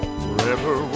forever